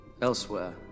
elsewhere